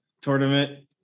tournament